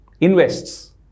invests